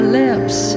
lips